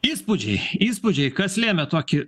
įspūdžiai įspūdžiai kas lėmė tokį